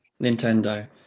nintendo